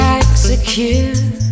execute